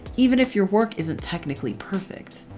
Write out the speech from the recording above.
even if your work isn't technically perfect.